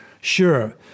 sure